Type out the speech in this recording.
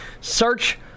Search